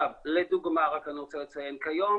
לדוגמה, אני רק רוצה לציין, כיום